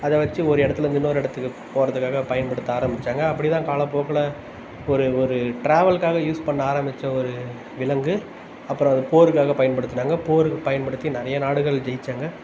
அதை வச்சு ஒரு இடத்துலருந்து இன்னோரு இடத்துக்கு போகறத்துக்காக பயன்படுத்த ஆரம்பிச்சாங்க அப்படி தான் காலபோக்கில் ஒரு ஒரு ட்ராவல்காக யூஸ் பண்ண ஆரம்பித்த ஒரு விலங்கு அப்புறம் அது போருக்காக பயன்படுத்துனாங்க போருக்கு பயன்படுத்தி நிறைய நாடுகள் ஜெயிச்சாங்க